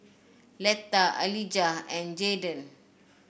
Letta Alijah and Jayden